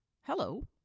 Hello